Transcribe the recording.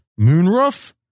Moonroof